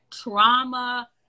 trauma